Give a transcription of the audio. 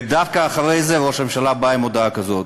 ודווקא אחרי זה ראש הממשלה בא עם הודעה כזאת.